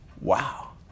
Wow